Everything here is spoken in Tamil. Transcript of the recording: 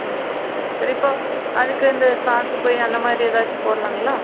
ம் சரிங்க சார் இப்போது அதுக்கு இந்த சாக்குப்பை அந்தமாதிரி ஏதாச்சும் போடலாங்களா